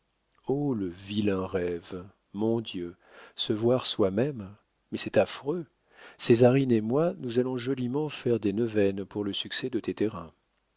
oh le vilain rêve mon dieu se voir soi-même mais c'est affreux césarine et moi nous allons joliment faire des neuvaines pour le succès de